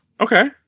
Okay